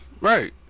Right